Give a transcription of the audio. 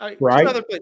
Right